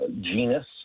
genus